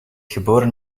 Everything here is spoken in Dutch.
geboren